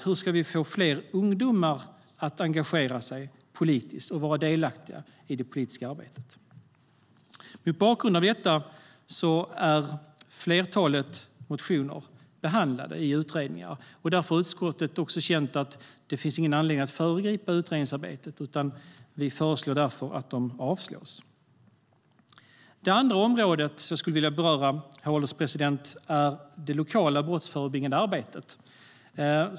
Hur ska vi få fler ungdomar att engagera sig politiskt och vara delaktiga i det politiska arbetet? Mot bakgrund av detta har flertalet av förslagen i motionerna redan behandlats i utredningar. Därför har utskottet känt att det inte finns anledning att föregripa utredningsarbetet. Utskottet föreslår därför att motionerna avslås. Herr ålderspresident! Det andra området jag vill beröra är det lokala brottsförebyggande arbetet.